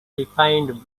refined